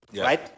Right